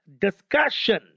discussion